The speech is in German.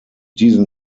diesen